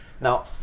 now